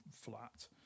flat